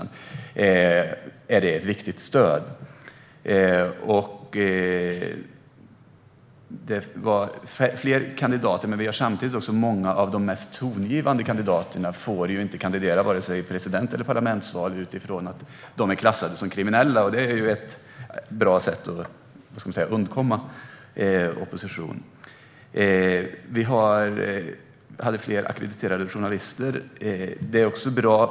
Det var alltså fler kandidater, men samtidigt får många av de mest tongivande kandidaterna inte kandidera vare sig i president eller parlamentsval eftersom de är klassade som kriminella, och det är ju ett bra sätt att undkomma opposition. Vi hade även fler ackrediterade journalister. Det är också bra.